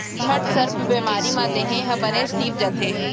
घटसर्प बेमारी म देहे ह बनेच तीप जाथे